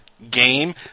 Game